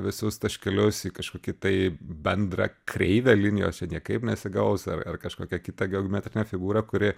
visus taškelius į kažkokį tai bendrą kreivę linijos čia niekaip nesigaus ar ar kažkokią kitą geometrinę figūrą kuri